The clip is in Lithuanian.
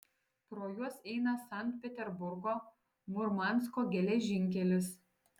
pro juos eina sankt peterburgo murmansko geležinkelis